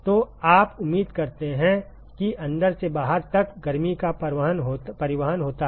तो आप उम्मीद करते हैं कि अंदर से बाहर तक गर्मी का परिवहन होता है